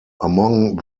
among